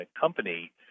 company